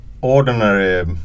ordinary